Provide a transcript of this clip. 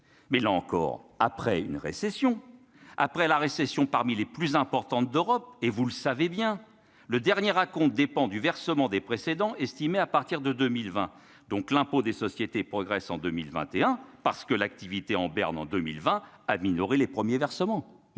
mais, là encore après une récession après la récession parmi les plus importantes d'Europe, et vous le savez bien, le dernier raconte dépend du versement des précédents estimé à partir de 2020, donc l'impôt des sociétés progressent en 2021, parce que l'activité en berne en 2020 à minorer les premiers versements